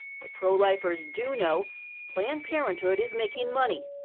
what pro-lifers do know planned parenthood is making money.